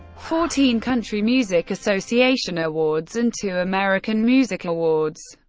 fourteen country music association awards, and two american music awards.